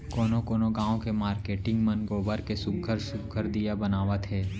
कोनो कोनो गाँव के मारकेटिंग मन गोबर के सुग्घर सुघ्घर दीया बनावत हे